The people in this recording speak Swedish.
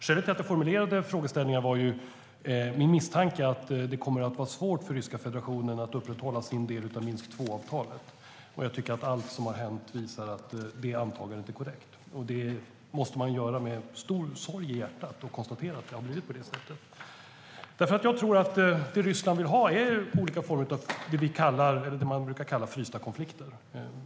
Jag ställde frågan på grund av min misstanke om att det kommer att vara svårt för Ryska federationen att upprätthålla sin del av Minsk 2-avtalet. Och jag tycker att allt som hänt visar att det antagandet var korrekt. Det konstaterar jag med stor sorg i hjärtat. Jag tror att Ryssland vill ha olika former av det som brukar kallas för frysta konflikter.